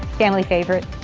family favorite.